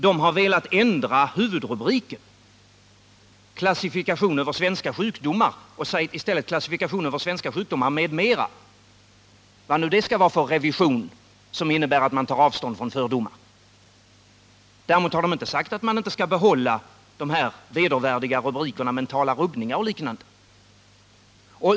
Man har velat ändra huvudrubriken ”Klassifikation över svenska sjukdomar” till ”Klassifikation över svenska sjukdomar m.m.” — vad det nu skall vara för revision som innebär att man tar avstånd från fördomar. Däremot har socialstyrelsen inte uttalat att man inte skall behålla de vedervärdiga rubrikerna om mentala rubbningar osv.